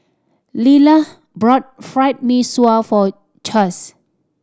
Lilah bought Fried Mee Sua for Chaz